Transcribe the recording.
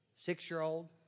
six-year-old